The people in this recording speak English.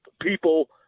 people